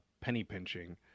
penny-pinching